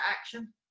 action